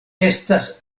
estas